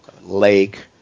lake